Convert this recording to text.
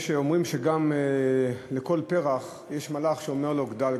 יש אומרים שגם לכל פרח יש מלאך שאומר לו: גדל,